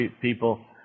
people